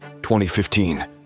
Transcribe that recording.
2015